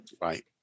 Right